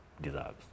deserves